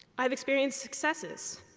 i've experienced successes.